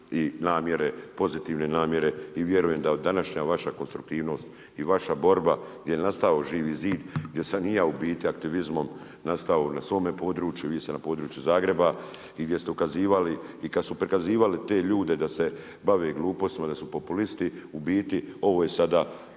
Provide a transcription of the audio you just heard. i namjere, pozitivne namjere i vjerujem da današnja vaša konstruktivnost i vaša borba je nastao Živi zid gdje sam i ja u biti aktivizmom nastao n a svome području. Vi ste na području Zagreba i gdje ste ukazivali i kad su prikazivali te ljude da se bave glupostima, da su populisti u biti ovo je sada